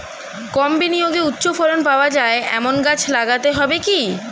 কম বিনিয়োগে উচ্চ ফলন পাওয়া যায় এমন গাছ লাগাতে হবে কি?